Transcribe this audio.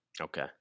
Okay